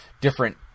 different